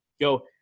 go